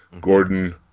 Gordon